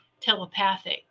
telepathic